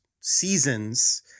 seasons